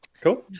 Cool